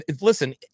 listen